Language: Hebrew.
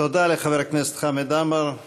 תודה לחבר הכנסת חמד עמאר.